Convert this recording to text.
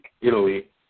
Italy